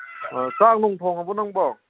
ꯑꯥ ꯆꯥꯛꯅꯨꯡ ꯊꯣꯡꯂꯕꯣ ꯅꯪꯕꯣ